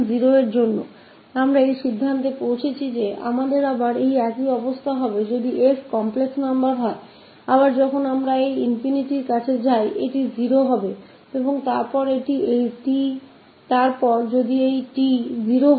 तो यह होते हुए हम यह फिर से केहते है की हमारे पास वही स्थिति है अगर हम s को कॉम्प्लेक्स नंबर लेते है फिर अगर ∞ की तरफ जाते है यह 0 होगा और अगर यह t 0 की तरफ जाएगा हमारे पास यह 1s होगा